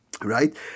Right